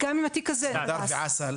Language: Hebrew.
הדס ואסל,